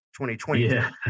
2020